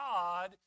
God